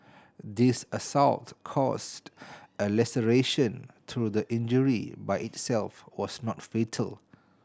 this assault caused a laceration though the injury by itself was not fatal